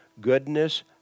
Goodness